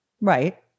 Right